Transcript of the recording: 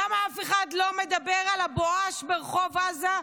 למה אף אחד לא מדבר על הבואש ברחוב עזה,